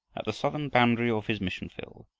at the southern boundary of his mission field,